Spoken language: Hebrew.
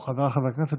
או: חבריי חברי הכנסת,